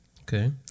Okay